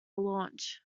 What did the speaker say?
launch